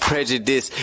prejudice